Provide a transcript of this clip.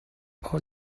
all